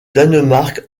danemark